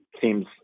seems